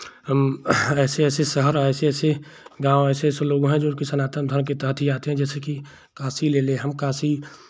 हम ऐसे ऐसे शहर ऐसे ऐसे गाँव ऐसे ऐसे लोग हैं जोकि सनातन धर्म के तहत ही आते हैं जैसेकि काशी ले लें हम काशी